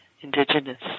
indigenous